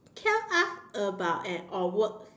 tell us about an awkward